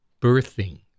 birthing